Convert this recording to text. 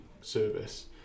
service